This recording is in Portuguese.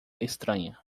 estranha